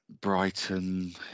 Brighton